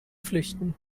flüchten